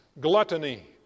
gluttony